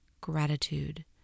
gratitude